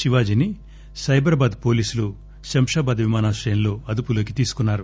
శివాజీని సైబరాబాద్ పోలీసులు శంషాబాద్ విమానాశ్రయంలో అదుపులోకి తీసుకున్నారు